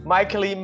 Michael